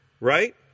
right